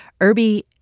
Irby